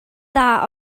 dda